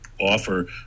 offer